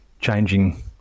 changing